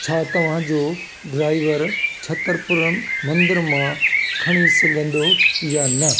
छा तव्हांजो ड्राइवर छतरपुर मंदर मां खणी सघंदो या न